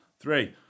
Three